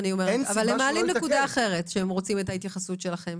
אבל הם מעלים נקודה אחרת שהם רוצים את ההתייחסות שלכם.